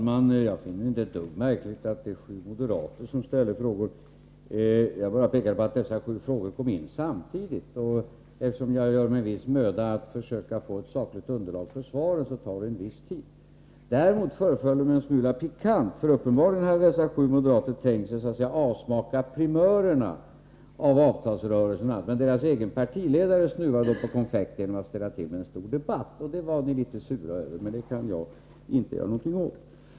Herr talman! Jag finner det inte det minsta märkligt att det är sju moderater som ställt frågorna. Jag pekade bara på att de sju frågorna kom in samtidigt. Eftersom jag ägnar viss möda åt att försöka få fram ett sakligt underlag för svaren, tar arbetet härmed en viss tid. Däremot föreföll det mig en smula pikant att dessa sju moderater uppenbarligen hade tänkt sig att så att säga avsmaka primörerna i avtalsrörelsen, men blev snuvade på konfekterna av sin partiledare, som ställde till en stor debatt om dessa frågor. Det var ni litet sura över, men det kan inte jag göra någonting åt.